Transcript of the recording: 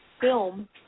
film